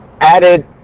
added